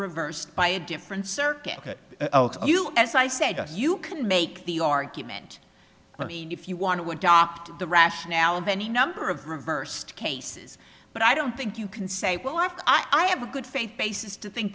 reversed by a different circuit as i said you can make the argument i mean if you want to adopt the rationale of any number of reversed cases but i don't think you can say well i have to i have a good faith basis to think